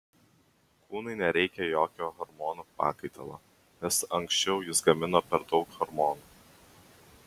kūnui nereikia jokio hormonų pakaitalo nes anksčiau jis gamino per daug hormonų